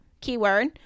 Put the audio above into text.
keyword